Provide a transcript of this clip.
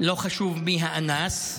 לא חשוב מי האנס,